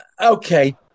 okay